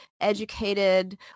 educated